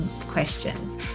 questions